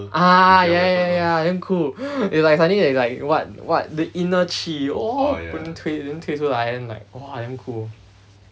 ah ya ya ya ya damn cool they like suddenly they like what what the inner chi !whoa! 推推出来 !whoa! damn cool